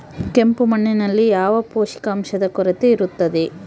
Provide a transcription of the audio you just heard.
ಕೆಂಪು ಮಣ್ಣಿನಲ್ಲಿ ಯಾವ ಪೋಷಕಾಂಶದ ಕೊರತೆ ಇರುತ್ತದೆ?